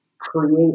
create